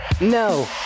No